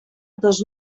dos